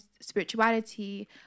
spirituality